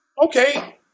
okay